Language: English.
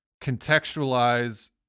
contextualize